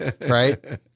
right